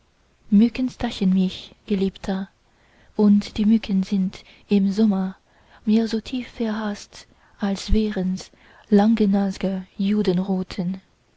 mücken stachen mich geliebter und die mücken sind im sommer mir so tief verhaßt als wärens langenasge